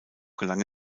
gelang